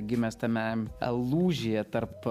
gimęs tame lūžyje tarp